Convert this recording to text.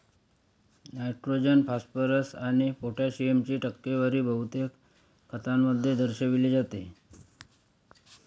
nitrogen, phosphorus आणि पोटॅशियमची टक्केवारी बहुतेक खतांमध्ये दर्शविली जाते